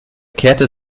kehrte